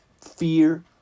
fear